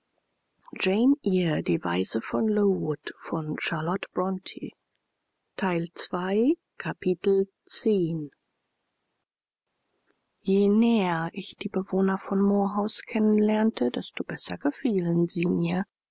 je näher ich die bewohner von moorhouse kennen lernte desto besser gefielen sie mir